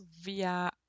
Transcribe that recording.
via